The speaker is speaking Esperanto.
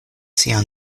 sian